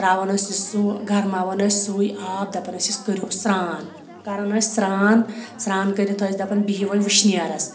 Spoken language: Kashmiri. ترٛاوان ٲسِس سُہ گرماوان ٲسۍ سُے آب دَپان ٲسِس کٔرۍ وُس سرٛان کَران ٲسۍ سرٛان سرٛان کٔرِتھ ٲسۍ دَپان بِہِو وًۄنۍ وٕشنیرَس